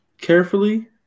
Carefully